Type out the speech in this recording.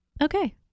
Okay